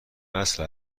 اصل